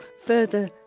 further